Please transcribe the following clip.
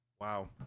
Wow